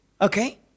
Okay